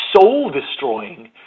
soul-destroying